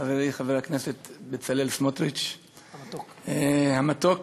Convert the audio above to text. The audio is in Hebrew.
חברי חבר הכנסת בצלאל סמוטריץ המתוק והיקר,